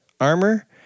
armor